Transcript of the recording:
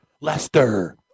Lester